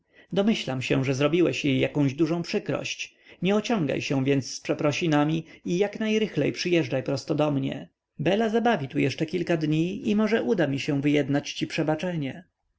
domyślam się że zrobiłeś jej jakąś dużą przykrość nie ociągaj się więc z przeprosinami i jak najrychlej przyjeżdżaj prosto do mnie bela zabawi tu jeszcze kilka dni i może uda mi się wyjednać ci przebaczenie